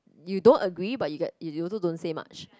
you don't agree but you g~ you also don't say much